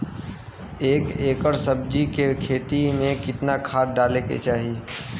एक एकड़ सब्जी के खेती में कितना खाद डाले के चाही?